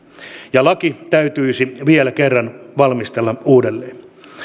ja laki täytyisi vielä kerran valmistella uudelleen